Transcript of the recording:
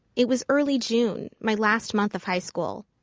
it was early june, my last month of high school.